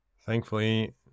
Thankfully